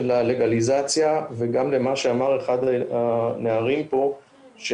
הלגליזציה וגם למה שאמר אחד הנערים פה,